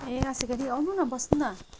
ए आसिका दी आउनु न बस्नु न